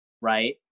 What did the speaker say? right